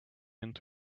into